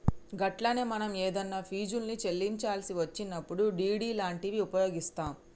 గట్లనే మనం ఏదన్నా ఫీజుల్ని చెల్లించాల్సి వచ్చినప్పుడు డి.డి లాంటివి ఉపయోగిస్తాం